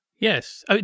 Yes